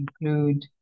include